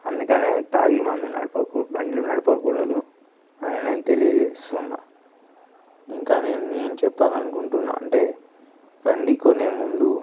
అందుకు తాగి బండి నడప బండి బళ్ళు నడపకూడదు అని నేను తెలియజేస్తున్నాను ఇంకా నేను ఏం చెప్పాలనుకుంటున్నాను అంటే బండి కొనేముందు